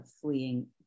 fleeing